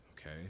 okay